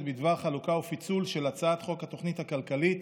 בדבר חלוקה ופיצול של הצעת חוק התוכנית הכלכלית